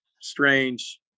strange